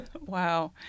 wow